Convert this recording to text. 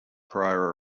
prior